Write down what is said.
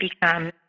become